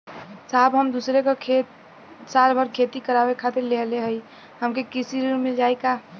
साहब हम दूसरे क खेत साल भर खेती करावे खातिर लेहले हई हमके कृषि ऋण मिल जाई का?